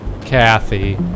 Kathy